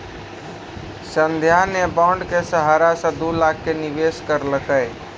संध्या ने बॉण्ड के सहारा से दू लाख के निवेश करलकै